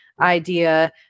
idea